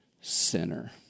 sinner